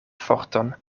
forton